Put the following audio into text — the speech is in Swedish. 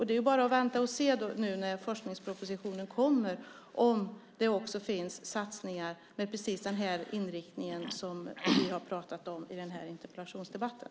Det är bara att vänta och se tills forskningspropositionen kommer om det också finns satsningar med precis den inriktning som vi har pratat om i den här interpellationsdebatten.